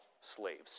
slaves